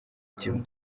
kimwe